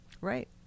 Right